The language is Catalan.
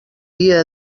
dia